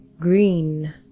Green